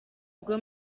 ubwo